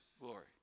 glory